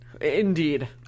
Indeed